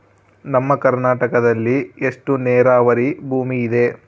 ನಮ್ಮ ಕರ್ನಾಟಕದಲ್ಲಿ ಎಷ್ಟು ನೇರಾವರಿ ಭೂಮಿ ಇದೆ?